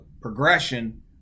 progression